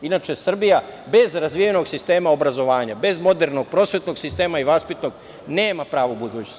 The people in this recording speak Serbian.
Inače, Srbija bez razvijenog sistema obrazovanja, bez modernog prosvetnog sistema i vaspitnog, nema pravu budućnost.